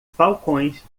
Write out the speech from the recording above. falcões